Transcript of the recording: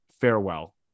farewell